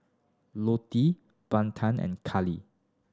Lottie Bethel and Kallie